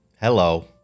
Hello